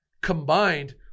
combined